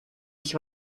ich